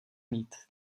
mít